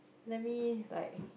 let me like